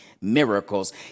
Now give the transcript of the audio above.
miracles